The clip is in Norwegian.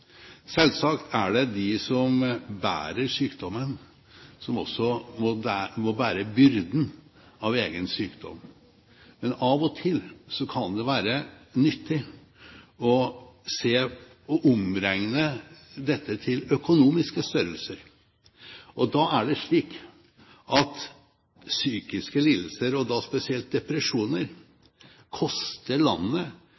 Selvsagt er det de som bærer sykdommen, som også må bære byrden av egen sykdom. Men av og til kan det være nyttig å omregne dette til økonomiske størrelser, og da er det slik at psykiske lidelser, og spesielt